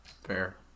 Fair